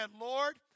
Lord